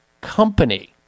Company